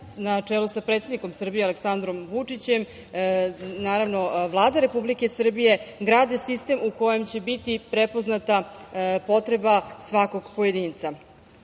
na čelu sa predsednikom Srbije, Aleksandrom Vučićem, Vlada Republike Srbije, grade sistem u kojem će biti prepoznata potreba svakog pojedinca. Zapravo